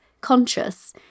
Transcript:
conscious